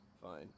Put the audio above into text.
fine